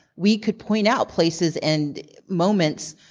we could point out places and moments.